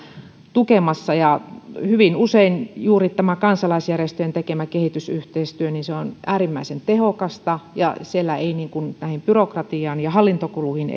tukemassa hyvin usein juuri tämä kansalaisjärjestöjen tekemä kehitysyhteistyö on äärimmäisen tehokasta ja siellä ei tähän byrokratiaan ja hallintokuluihin